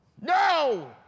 No